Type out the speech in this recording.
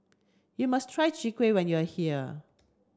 you must try Chwee Kueh when you are here